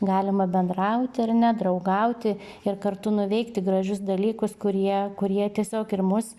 galima bendrauti ar ne draugauti ir kartu nuveikti gražius dalykus kurie kurie tiesiog ir mus